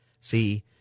See